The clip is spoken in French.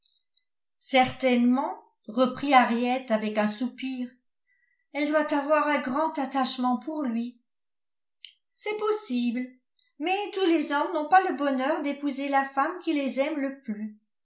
certainement reprit henriette avec un soupir elle doit avoir un grand attachement pour lui c'est possible mais tous les hommes n'ont pas le bonheur d'épouser la femme qui les aime le plus